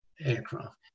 aircraft